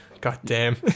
goddamn